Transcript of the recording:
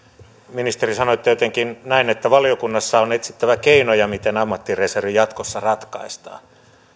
ministeri sanoitte jotenkin näin että valiokunnassa on etsittävä keinoja miten ammattireservi jatkossa ratkaistaan